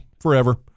forever